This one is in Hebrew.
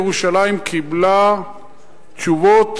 ירושלים קיבלה תשובות,